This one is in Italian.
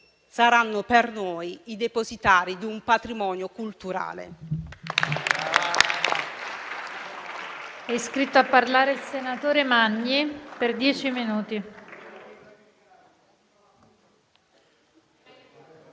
saranno per noi i depositari di un patrimonio culturale.